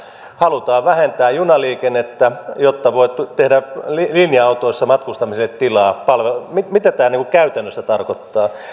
halutaan vähentää junaliikennettä jotta voi tehdä linja autoissa matkustamiselle tilaa mitä tämä käytännössä tarkoittaa